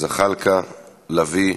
זחאלקה, לביא,